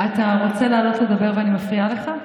רוצה לעלות לדבר ואני מפריעה לך?